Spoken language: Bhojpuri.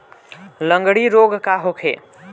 लगंड़ी रोग का होखे?